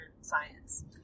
science